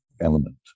element